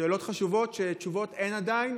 שאלות חשובות, ותשובות אין עדיין.